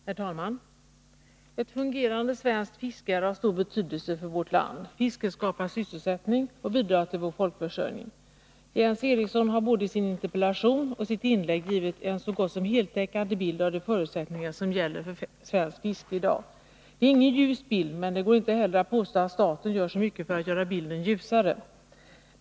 Herr talman! Ett fungerande svenskt fiske är av stor betydelse för vårt land. Fisket skapar sysselsättning och bidrar till vår folkförsörjning. Jens Eriksson har både i sin interpellation och i sitt inlägg givit en så gott som heltäckande bild av de förutsättningar som gäller för svenskt fiske i dag. Det är ingen ljus bild, men det går inte heller att påstå att staten gör så mycket för att göra bilden ljusare.